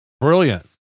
Brilliant